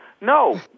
No